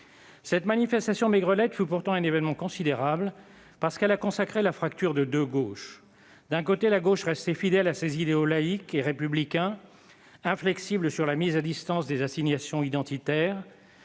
Cette manifestation maigrelette fut pourtant un événement considérable, parce qu'elle a consacré la fracture de deux gauches. D'un côté, la gauche restée fidèle à ses idéaux laïques et républicains, inflexible sur la mise à distance des assignations identitaires